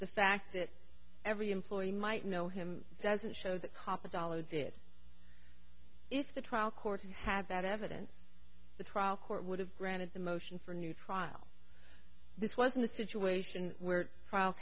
the fact that every employee might know him doesn't show the copper dollar did if the trial court had that evidence the trial court would have granted the motion for a new trial this wasn't a situation where trial